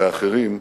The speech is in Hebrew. ואחרים,